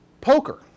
poker